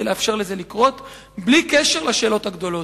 לאפשר לזה לקרות בלי קשר לשאלות הגדולות.